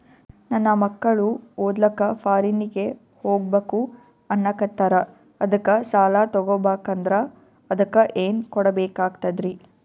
ನನ್ನ ಮಕ್ಕಳು ಓದ್ಲಕ್ಕ ಫಾರಿನ್ನಿಗೆ ಹೋಗ್ಬಕ ಅನ್ನಕತ್ತರ, ಅದಕ್ಕ ಸಾಲ ತೊಗೊಬಕಂದ್ರ ಅದಕ್ಕ ಏನ್ ಕೊಡಬೇಕಾಗ್ತದ್ರಿ?